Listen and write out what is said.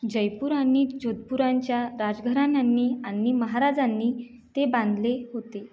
जयपूर आणि जोधपूरच्या राजघराण्यांनी आणि महाराजांनी ते बांधले होते